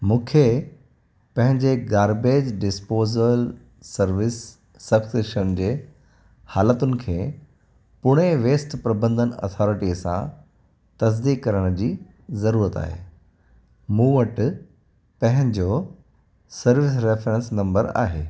मूंखे पंहिंजे garbage disposal service subscription जे हालतुनि खे पुणे वेस्ट प्रबंधन अथॉरिटी सां तसदीक करण जी ज़रूरत आहे मूं वटि पंहिंजो सर्विस रेफ़रेन्स नंबर आहे